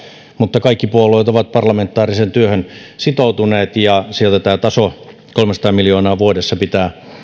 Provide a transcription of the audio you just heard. mutta kaikki puolueet ovat parlamentaariseen työhön sitoutuneet ja sieltä tämä taso kolmesataa miljoonaa vuodessa pitää